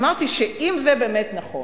אמרתי שאם זה באמת נכון,